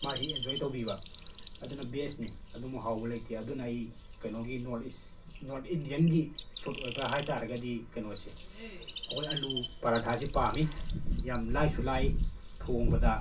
ꯃꯥꯁꯤ ꯑꯦꯟꯖꯣꯏ ꯇꯧꯕꯤꯕ ꯑꯗꯨꯅ ꯕꯦꯁꯅꯤ ꯑꯗꯨꯃꯨꯛ ꯍꯥꯎꯕ ꯂꯩꯇꯦ ꯑꯗꯨꯅ ꯑꯩ ꯀꯩꯅꯣꯒꯤ ꯅ꯭ꯣꯔꯠ ꯏꯁ ꯅ꯭ꯣꯔꯠ ꯏꯟꯗꯤꯌꯟꯒꯤ ꯐꯨꯠ ꯑꯣꯏꯕ ꯍꯥꯏꯇꯥꯔꯒꯗꯤ ꯀꯩꯅꯣꯁꯦ ꯑꯩꯈꯣꯏ ꯑꯂꯨ ꯄꯔꯥꯊꯥꯁꯤ ꯄꯥꯝꯃꯤ ꯌꯥꯝ ꯂꯥꯏꯁꯨ ꯂꯥꯏ ꯊꯣꯡꯕꯗ